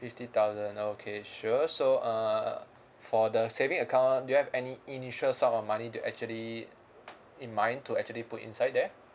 fifty thousand okay sure so uh for the saving account do you have any initial sum of money to actually in mind to actually put inside there